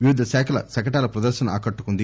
వివిధ శాఖల శకటాల ప్రదర్శన ఆకట్టుకుంది